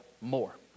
More